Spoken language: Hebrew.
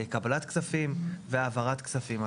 קבלת כספים והעברת כספים.